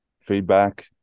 feedback